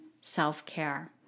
self-care